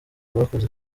rwakoze